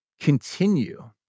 continue